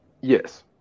Yes